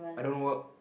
I don't work